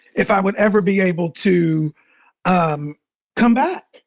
if i would ever be able to um come back,